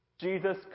Jesus